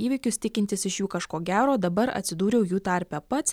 įvykius tikintis iš jų kažko gero dabar atsidūriau jų tarpe pats